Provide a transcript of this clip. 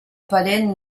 parent